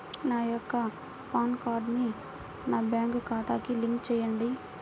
నా యొక్క పాన్ కార్డ్ని నా బ్యాంక్ ఖాతాకి లింక్ చెయ్యండి?